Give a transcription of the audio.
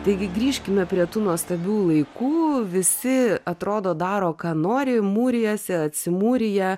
taigi grįžkime prie tų nuostabių laikų visi atrodo daro ką nori mūrijasi atsimūrija